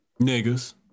Niggas